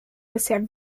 bisher